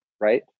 right